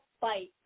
fight